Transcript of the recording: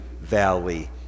valley